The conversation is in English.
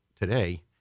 today